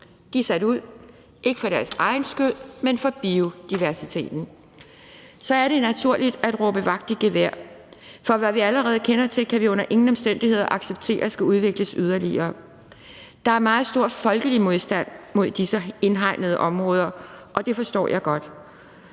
De er sat ud, og det er ikke for deres egen skyld, men for biodiversitetens skyld. Så er det naturligt at råbe vagt i gevær, for det, som vi allerede kender til, kan vi under ingen omstændigheder acceptere skal udvikles yderligere. Der er meget stor folkelig modstand mod disse indhegnede områder, og det forstår jeg godt.